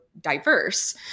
diverse